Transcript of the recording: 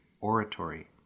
oratory